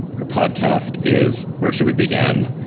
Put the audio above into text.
her podcast is where should we begin?